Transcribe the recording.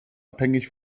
abhängig